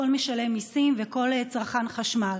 כל משלם מיסים וכל צרכן חשמל.